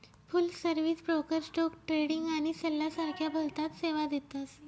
फुल service broker stock trading आणि सल्ला सारख्या भलताच सेवा देतस